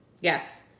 yes